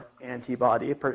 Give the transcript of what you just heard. antibody